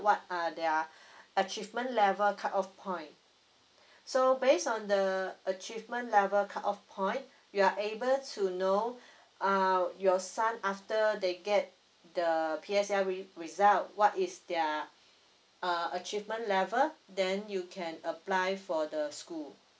what are their achievement level cut off point so based on the achievement level cut off point you are able to know err your son after they get the P S L E result what is their uh achievement level then you can apply for the school